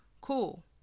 Cool